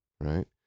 right